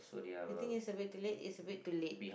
I think is a bit too late is a bit too late